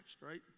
right